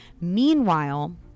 Meanwhile